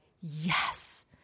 yes